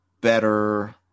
better